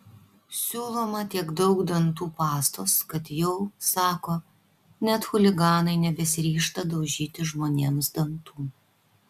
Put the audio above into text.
siūloma tiek daug dantų pastos kad jau sako net chuliganai nebesiryžta daužyti žmonėms dantų